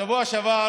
בשבוע שעבר